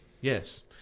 Yes